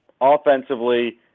offensively